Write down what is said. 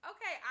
Okay